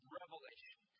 revelation